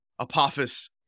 Apophis